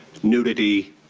nudity,